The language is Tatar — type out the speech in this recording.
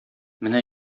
менә